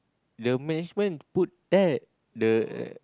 the management put that the